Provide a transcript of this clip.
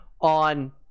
on